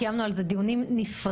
קיימנו על זה דיונים נפרדים,